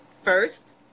first